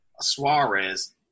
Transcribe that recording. Suarez